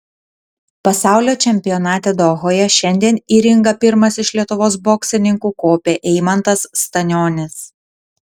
pasaulio čempionate dohoje šiandien į ringą pirmas iš lietuvos boksininkų kopė eimantas stanionis